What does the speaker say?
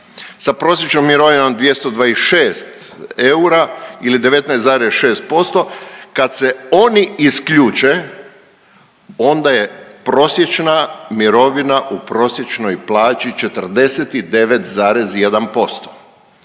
sa prosječnom mirovinom 226 eura ili 19,6%, kad se oni isključe, onda je prosječna mirovina u prosječnoj plaći 49,1%.